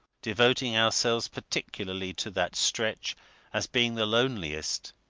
devoting ourselves particularly to that stretch as being the loneliest,